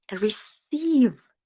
receive